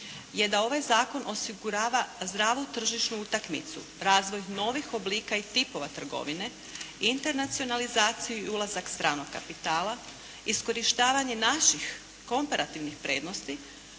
je da ovaj zakon osigurava zdravu tržišnu utakmicu, razvoj novih oblika i tipova trgovine, internacionalizaciju i ulazak stranog kapitala, iskorištavanje naših komparativnih prednosti